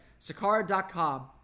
sakara.com